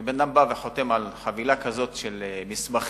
כשבן-אדם בא וחותם על חבילה כזאת של מסמכים,